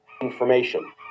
information